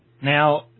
now